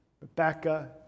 Rebecca